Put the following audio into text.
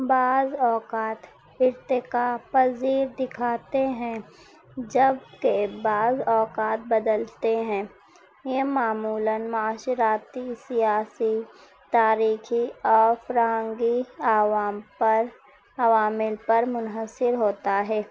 بعض اوقات ارتقا پذیر دکھاتے ہیں جبکہ بعض اوقات بدلتے ہیں یہ معمولاََ معاشراتی سیاسی تاریخی اور فرہنگی عوام پر عوامل پر منحصر ہوتا ہے